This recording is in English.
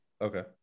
Okay